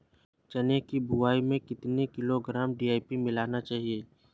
चना की बुवाई में कितनी किलोग्राम डी.ए.पी मिलाना चाहिए?